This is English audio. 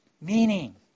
meaning